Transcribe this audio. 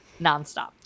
nonstop